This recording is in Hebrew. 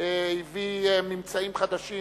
והביא ממצאים חדשים